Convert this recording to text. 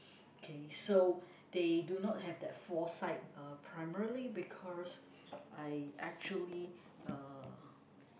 okay so they do not have that foresight uh primarily because I actually uh